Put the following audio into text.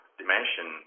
dimension